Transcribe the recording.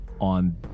on